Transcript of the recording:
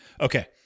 Okay